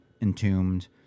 Entombed